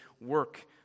work